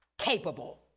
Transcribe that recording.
Capable